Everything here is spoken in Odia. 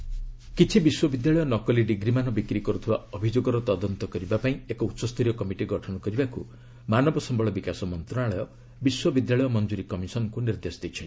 ଏଚ୍ଆର୍ସି ୟୁକିସି ଫେକ୍ ଡିଗ୍ରୀ କିଛି ବିଶ୍ୱବିଦ୍ୟାଳୟ ନକଲି ଡିଗ୍ରୀମାନ ବିକ୍ରି କରୁଥିବା ଅଭିଯୋଗର ତଦନ୍ତ କରିବା ପାଇଁ ଏକ ଉଚ୍ଚସରୀୟ କମିଟି ଗଠନ କରିବାକୁ ମାନବ ସମ୍ଭଳ ବିକାଶ ମନ୍ତ୍ରଣାଳୟ ବିଶ୍ୱବିଦ୍ୟାଳୟ ମଞ୍ଜୁରି କମିଶନ୍ଙ୍କୁ ନିର୍ଦ୍ଦେଶ ଦେଇଛି